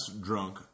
drunk